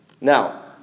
Now